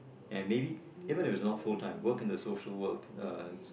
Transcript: and maybe even if it's not full time work in the social work uh